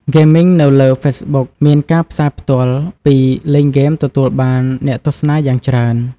ហ្គេមមីង នៅលើ ហ្វេសបុក មានការផ្សាយផ្ទាល់ពីលេងហ្គេមទទួលបានអ្នកទស្សនាយ៉ាងច្រើន។